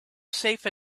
safe